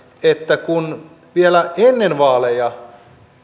että kun vielä ennen vaaleja